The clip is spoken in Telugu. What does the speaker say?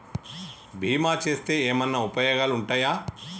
బీమా చేస్తే ఏమన్నా ఉపయోగాలు ఉంటయా?